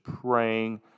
praying